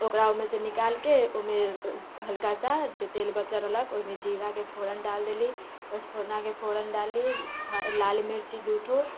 ओकरा ओहिमे सँ निकालिके ओहिमे हल्का सा जे तेल बचल रहलक ओहिमे जीराके फोरन डालि देली पञ्चफोरनाके फोरन डाललीह लाल मिर्ची दू ठो